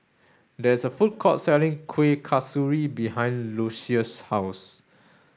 there is a food court selling Kuih Kasturi behind Lucious' house